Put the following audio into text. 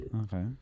Okay